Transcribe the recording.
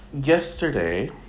Yesterday